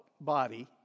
body